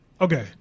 Okay